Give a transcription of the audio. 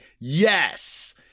Yes